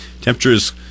temperatures